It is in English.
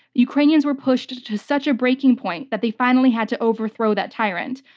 ukranians were pushed to such a breaking point that they finally had to overthrow that tyrant.